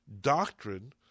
doctrine